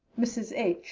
mrs. h.